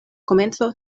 komenco